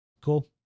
Cool